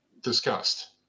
discussed